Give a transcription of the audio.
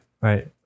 Right